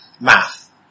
Math